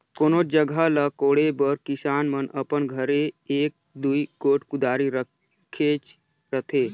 कोनोच जगहा ल कोड़े बर किसान मन अपन घरे एक दूई गोट कुदारी रखेच रहथे